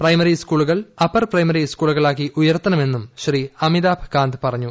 primary സ്കൂളുകൾ upper primary സ്കൂളുകളാക്കി ഉയർത്തണമെന്നും ശ്രീ അമിതാഭ് കാന്ത് പറഞ്ഞു